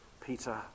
Peter